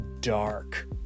dark